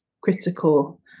critical